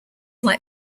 like